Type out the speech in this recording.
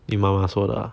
你妈妈说的啊